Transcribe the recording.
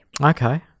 okay